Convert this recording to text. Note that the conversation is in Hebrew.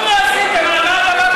כלום לא עשיתם, על מה אתה בא בטענות?